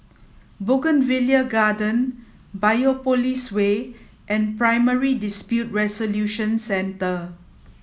Bougainvillea Garden Biopolis Way and Primary Dispute Resolution Centre